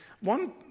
one